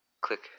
click